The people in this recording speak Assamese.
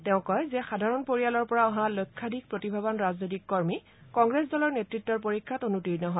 তেওঁ কয় যে সাধাৰণ পৰিয়ালৰ পৰা অহা লক্ষাধিক প্ৰতিভাবান ৰাজনৈতিক কৰ্মী কংগ্ৰেছ দলৰ নেতৃত্বৰ পৰীক্ষাত অনুতীৰ্ণ হয়